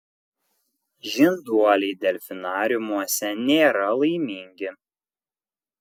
žinduoliai delfinariumuose nėra laimingi